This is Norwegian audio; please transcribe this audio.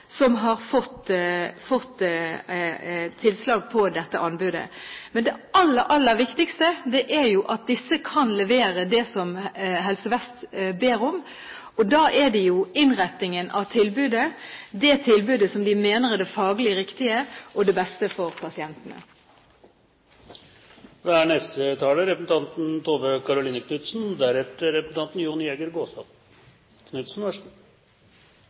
som har fått tilslag på dette anbudet. Men det aller, aller viktigste er at disse kan levere det som Helse Vest ber om når det gjelder innretningen av tilbudet – det tilbudet som de mener er det faglig riktige og det beste for pasientene. Vi har ofte debatter i Stortinget som dreier seg om anbudspraksis i helsevesenet. Det er